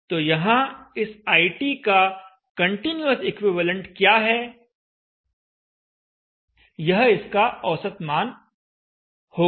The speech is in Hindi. तो यहां इस IT का कंटीन्यूअस इक्विवेलेंट क्या है यह इसका औसत मान होगा